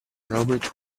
robert